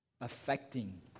affecting